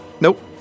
nope